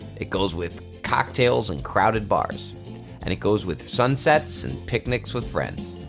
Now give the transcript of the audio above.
it goes with cocktails in crowded bars and it goes with sunsets and picnics with friends.